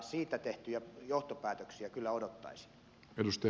siitä tehtyjä johtopäätöksiä kyllä odottaisin